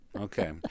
Okay